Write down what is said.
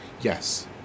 Yes